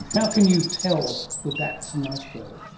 how can you tell that that's an iceberg?